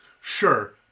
Sure